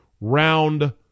round